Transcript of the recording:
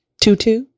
tutu